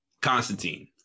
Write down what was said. Constantine